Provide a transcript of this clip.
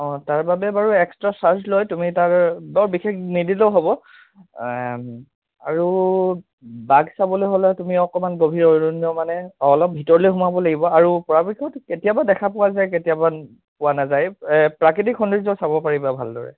অঁ তাৰ বাবে বাৰু এক্সট্ৰা চাৰ্জ লয় তুমি তাৰ বাৰু বিশেষ নিদিলেও হ'ব আৰু বাঘ চাবলৈ হ'লে তুমি অকণমান গভীৰ অৰণ্য মানে অলপ ভিতৰলৈ সোমাব লাগিব আৰু পৰাপক্ষত কেতিয়াবা দেখা পোৱা যায় কেতিয়াবা পোৱা নাযায় প্ৰাকৃতিক সৌন্দৰ্য চাব পাৰিবা ভালদৰে